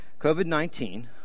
COVID-19